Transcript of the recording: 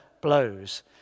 blows